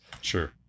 Sure